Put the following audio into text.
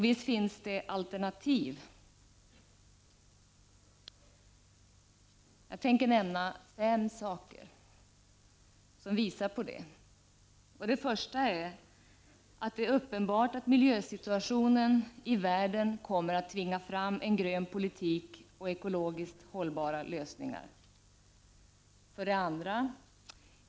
Visst finns det alternativ, och jag tänker här nämna fem förhållanden som visar på detta. 1. Det är uppenbart att miljösituationen i världen kommer att tvinga fram en grön politik och ekologiskt hållbara lösningar. 2.